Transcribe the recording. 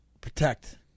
protect